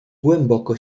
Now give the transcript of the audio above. głęboko